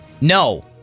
No